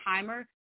timer